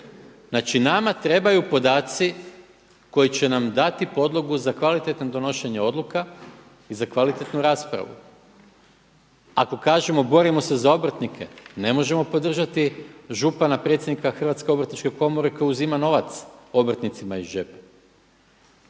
Znači nama trebaju podaci koji će nam dati podlogu za kvalitetno donošenje odluka i za kvalitetnu raspravu. Ako kažemo borimo se za obrtnike, ne možemo podržati župana predsjednika HOK-a koji uzima novac obrtnicima iz džepa.